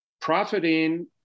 profiting